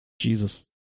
Jesus